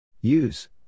Use